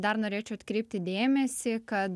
dar norėčiau atkreipti dėmesį kad